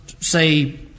say